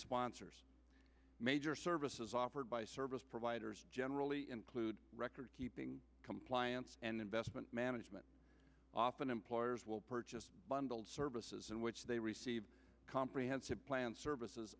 sponsors major services offered by service providers generally include recordkeeping compliance and investment management often employers will purchase bundled services in which they receive a comprehensive plan services